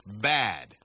bad